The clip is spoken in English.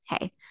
hey